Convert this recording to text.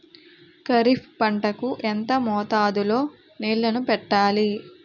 ఖరిఫ్ పంట కు ఎంత మోతాదులో నీళ్ళని పెట్టాలి?